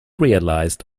realized